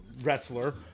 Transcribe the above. wrestler